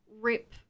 rip